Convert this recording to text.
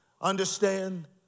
Understand